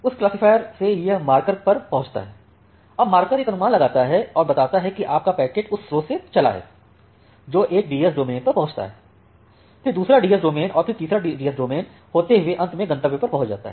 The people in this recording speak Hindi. उस क्लासिफ़ायर से यह मार्कर पर पहुँचता है अब मार्कर एक अनुमान लगाता है और बताता है कि आपका पैकेट उस स्रोत से चला है जो एक डीएस डोमेन पर पहुँचता है फिर दूसरा डीएस डोमेन और फिर तीसरा डीएस डोमेनसे होते हुवे अंत में गंतव्य पर पहुँच जाता है